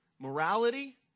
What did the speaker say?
morality